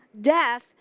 death